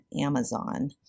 Amazon